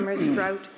drought